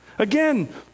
Again